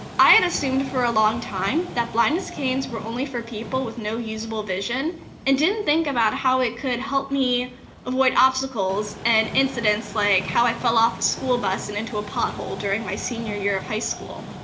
i had assumed for a long time that blindness canes were only for people with no usable vision and didn't think about how it could help me avoid obstacles and incidents like how i fell off the school bus and into a pothole during my senior year of high school.